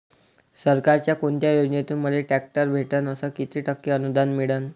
सरकारच्या कोनत्या योजनेतून मले ट्रॅक्टर भेटन अस किती टक्के अनुदान मिळन?